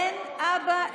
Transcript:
אין אבא,